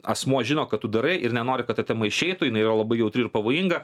asmuo žino kad tu darai ir nenori kad ta tema išeitų jinai yra labai jautri ir pavojinga